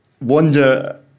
Wonder